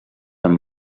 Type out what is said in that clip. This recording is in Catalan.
amb